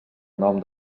nom